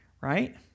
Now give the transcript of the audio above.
right